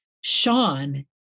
Sean